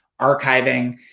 archiving